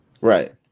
Right